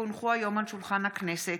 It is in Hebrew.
כי הונחו היום על שולחן הכנסת,